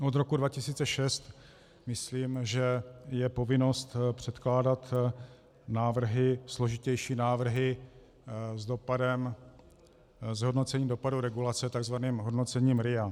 Od roku 2006 myslím, že je povinnost předkládat složitější návrhy s dopadem, s hodnocením dopadu regulace, tzv. hodnocením RIA.